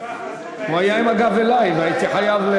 הוא היה עם הגב אלי והייתי חייב,